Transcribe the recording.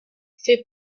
fait